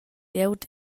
glieud